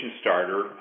starter